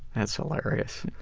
that's hilarious.